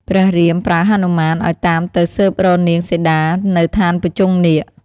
ព្រះរាមប្រើហនុមាន ឱ្យតាមទៅស៊ើបរកនាងសីតានៅឋានភុជុង្គនាគ។